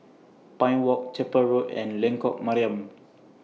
Pine Walk Chapel Road and Lengkok Mariam